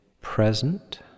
present